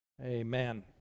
Amen